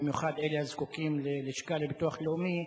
במיוחד אלה הזקוקים ללשכה של ביטוח לאומי,